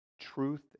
truth